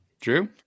Drew